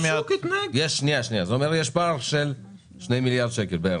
זה אומר שיש פער של שני מיליארד שקל.